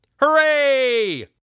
Hooray